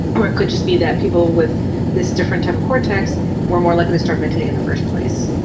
or it could just be that people with this different type of cortex were more likely to start meditating in the first place.